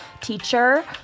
teacher